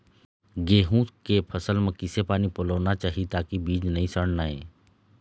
गेहूं के फसल म किसे पानी पलोना चाही ताकि बीज नई सड़ना ये?